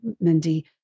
Mindy